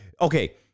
Okay